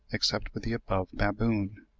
except with the above baboon.